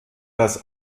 das